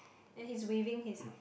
then he's waving his arm